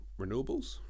renewables